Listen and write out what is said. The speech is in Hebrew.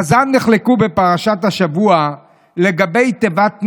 חז"ל נחלקו בפרשת השבוע לגבי תיבת נוח,